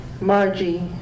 Margie